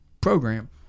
program